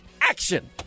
action